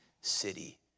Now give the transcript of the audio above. City